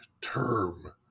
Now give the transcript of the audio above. term